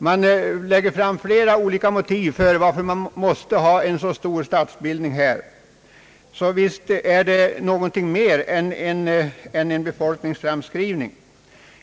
Man lägger fram flera olika motiv för att man måste ha en så stor stadsbildning här, så visst är det något mer än en befolkningsframskrivning!